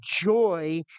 joy